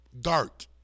dark